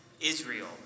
Israel